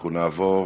אין לו ברירה.